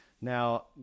Now